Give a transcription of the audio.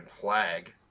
flag